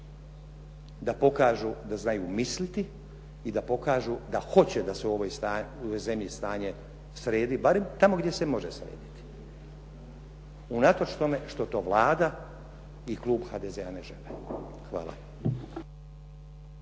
da pokažu da znaju misliti i da pokažu da hoće da se u ovoj zemlji stanje sredi, barem tamo gdje se može srediti, unatoč tome što to Vlada i Klub HDZ-a ne žele. Hvala.